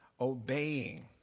obeying